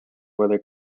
whether